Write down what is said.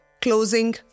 closing